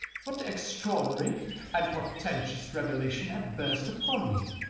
what extraordinary and portentous revelation had burst upon me?